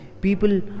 people